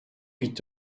huit